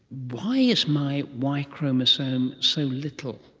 why is my y chromosome so little?